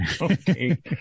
Okay